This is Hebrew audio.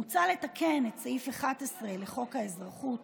מוצע לתקן את סעיף 11 לחוק האזרחות,